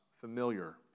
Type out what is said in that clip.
familiar